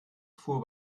fuhr